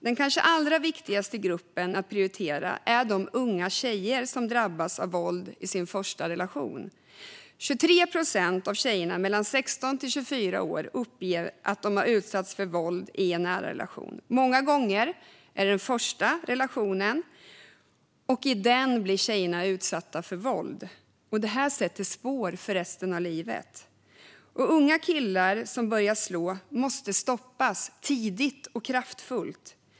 Den kanske allra viktigaste gruppen att prioritera är de unga tjejer som drabbas av våld i den första relationen. Av tjejer mellan 16 och 24 år uppger 23 procent att de har utsatts för våld i en nära relation. Många gånger handlar det om den första relationen, och i den blir tjejerna utsatta för våld. Det här sätter spår under resten av livet. Unga killar som börjar slå måste stoppas tidigt och kraftfullt.